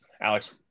Alex